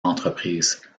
entreprises